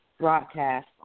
broadcast